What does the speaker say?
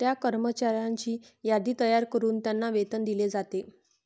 त्या कर्मचाऱ्यांची यादी तयार करून त्यांना वेतन दिले जाते